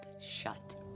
shut